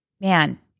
man